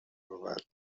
بود